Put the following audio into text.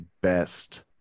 best